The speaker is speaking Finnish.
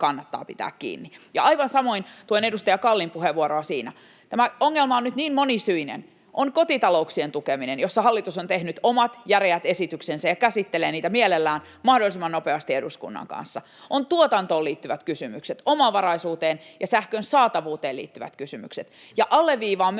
kannattaa pitää kiinni. Aivan samoin tuen edustaja Kallin puheenvuoroa siinä. Tämä ongelma on nyt niin monisyinen: On kotitalouksien tukeminen, jossa hallitus on tehnyt omat, järeät esityksensä ja käsittelee niitä mielellään mahdollisimman nopeasti eduskunnan kanssa. On tuotantoon liittyvät kysymykset, omavaraisuuteen ja sähkön saatavuuteen liittyvät kysymykset. Ja alleviivaan myöskin